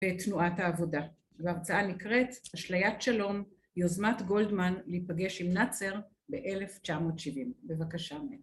‫בתנועת העבודה. ‫וההרצאה נקראת "‫אשליית שלום - יוזמת גולדמן להיפגש עם נאצר ‫ב-1970". בבקשה.